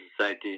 society